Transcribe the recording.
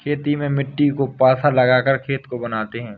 खेती में मिट्टी को पाथा लगाकर खेत को बनाते हैं?